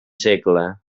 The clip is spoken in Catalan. segle